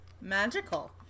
magical